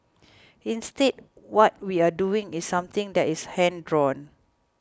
instead what we are doing is something that is hand drawn